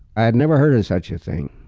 i had never heard of such a thing.